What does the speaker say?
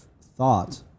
thought